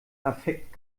affekt